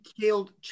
killed